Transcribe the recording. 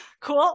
Cool